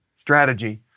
strategy